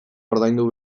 ordaindu